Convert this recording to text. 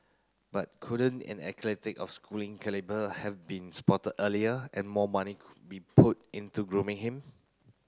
but couldn't an athletic of Schooling calibre have been spotted earlier and more money could be put into grooming him